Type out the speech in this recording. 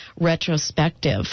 retrospective